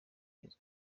agizwe